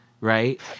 right